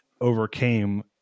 overcame